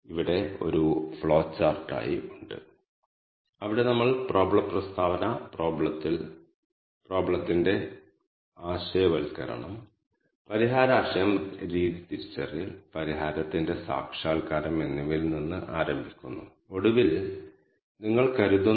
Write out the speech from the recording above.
ഇത് നിങ്ങൾ സൃഷ്ടിച്ച ലിസ്റ്റിന്റെ ഘടകങ്ങളിലേക്ക് ക്ലസ്റ്ററിന്റെ വലുപ്പം അലോക്കേറ്റ് ചെയ്യുന്നു